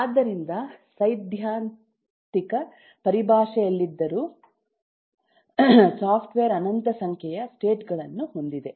ಆದ್ದರಿಂದ ಸೈದ್ಧಾಂತಿಕ ಪರಿಭಾಷೆಯಲ್ಲಿದ್ದರೂ ಸಾಫ್ಟ್ವೇರ್ ಅನಂತ ಸಂಖ್ಯೆಯ ಸ್ಟೇಟ್ ಗಳನ್ನು ಹೊಂದಿದೆ